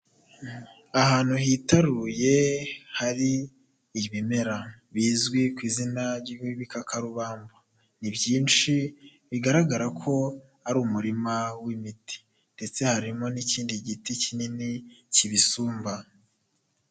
Ahantu hitaruye hari ibimera. bizwi kwizina ry,ibi kakarubamba, nibyinshi bigaragare ko arumurima wimiti ndetse harimo nikindi giti kibisumba.